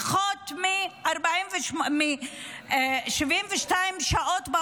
פחות מ-72 שעות,